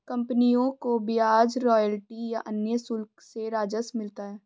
कंपनियों को ब्याज, रॉयल्टी या अन्य शुल्क से राजस्व मिलता है